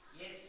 Yes